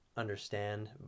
understand